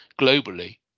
globally